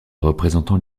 représentants